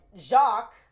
Jacques